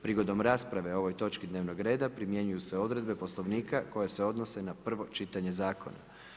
Prigodom rasprave o ovoj točki dnevnog reda primjenjuju se odredbe Poslovnika koje se odnose na prvo čitanje zakona.